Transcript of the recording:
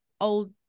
old